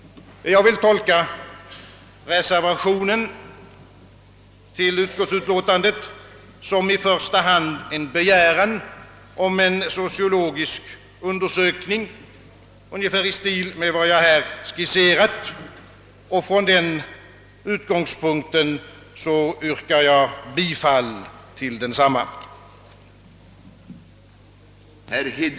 Jag vill tolka reservationen till utskottsutlåtandet som i första hand en begäran om en sociologisk undersökning, ungefär i stil med var jag här skisserat. Med den utgångspunkten ber jag att få yrka bifall till reservationen.